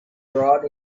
brought